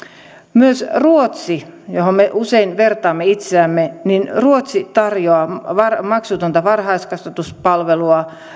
myös ruotsi johon me usein vertaamme itseämme tarjoaa maksutonta varhaiskasvatuspalvelua